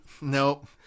Nope